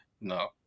no